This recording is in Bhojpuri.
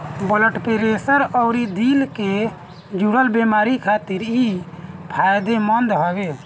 ब्लड प्रेशर अउरी दिल से जुड़ल बेमारी खातिर इ फायदेमंद हवे